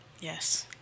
Yes